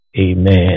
amen